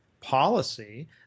policy